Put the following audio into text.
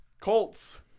Colts